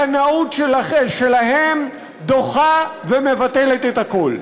הקנאות שלהם דוחה ומבטלת את הכול.